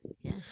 Yes